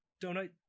donate